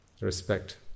respect